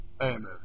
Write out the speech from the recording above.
Amen